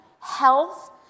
health